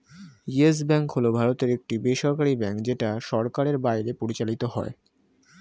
yes Bank হল ভারতের একটি বেসরকারী ব্যাঙ্ক যেটা সরকারের বাইরে পরিচালিত হয়